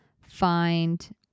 find